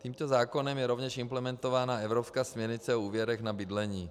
Tímto zákonem je rovněž implementována evropská směrnice o úvěrech na bydlení.